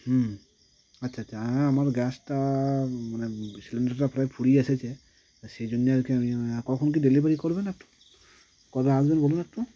আচ্ছা আচ্ছা হ্যাঁ আমার গ্যাসটা মানে সিলিন্ডারটা প্রায় ফুরিয়ে এসেছে তা সেই জন্যে আর কি আমি কখন কী ডেলিভারি করবেন একটু কবে আসবেন বলুন একটু